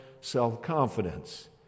self-confidence